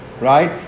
right